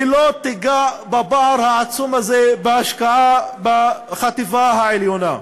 היא לא תיגע בפער העצום הזה בהשקעות בחטיבה העליונה.